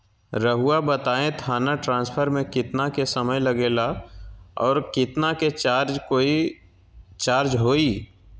रहुआ बताएं थाने ट्रांसफर में कितना के समय लेगेला और कितना के चार्ज कोई चार्ज होई?